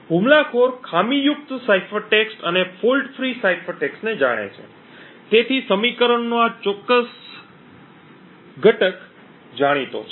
હુમલાખોર ખામીયુક્ત cipher text અને ફોલ્ટ ફ્રી સાઇફર ટેક્સ્ટને જાણે છે તેથી સમીકરણનો આ ચોક્કસ ઘટક જાણીતો છે